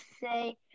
say